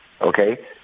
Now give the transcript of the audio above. okay